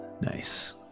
Nice